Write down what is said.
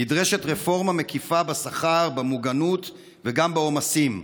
נדרשת רפורמה מקיפה בשכר, במוגנות וגם בעומסים.